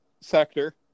sector